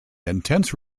intense